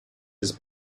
has